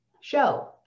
show